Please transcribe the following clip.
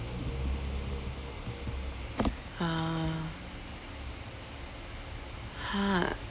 ah ha